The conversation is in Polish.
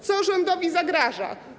Co rządowi zagraża?